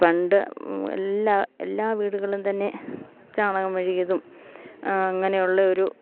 പണ്ട് എല്ലാ എല്ലാ വീടുകളും തന്നെ ചാണകം മെഴുകിയതും അങ്ങനെയുള്ളൊരു